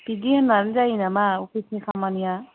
बिदि होननानै जायो नामा अफिस नि खामानि आ